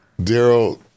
Daryl